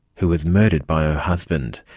who was murdered by her husband.